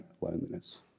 loneliness